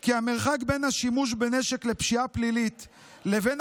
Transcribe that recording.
כי המרחק בין השימוש בנשק לפשיעה פלילית לבין